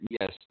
Yes